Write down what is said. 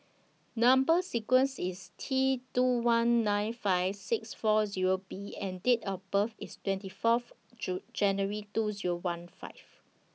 Number sequence IS T two one nine five six four Zero B and Date of birth IS twenty Fourth January two Zero one five